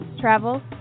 travel